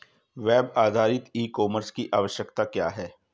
Web आधारित e commerce की आवश्यकता क्या है?